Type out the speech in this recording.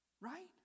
Right